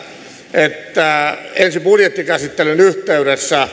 että ensi budjettikäsittelyn yhteydessä